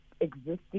existing